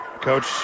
Coach